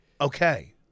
okay